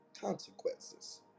consequences